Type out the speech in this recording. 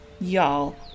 Y'all